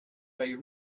they